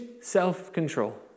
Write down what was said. self-control